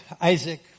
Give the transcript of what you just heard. Isaac